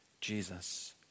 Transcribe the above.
Jesus